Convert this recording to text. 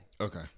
Okay